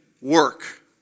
work